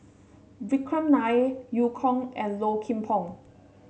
Vikram Nair Eu Kong and Low Kim Pong